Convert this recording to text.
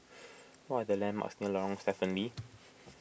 what are the landmarks near Lorong Stephen Lee